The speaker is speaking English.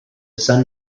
sun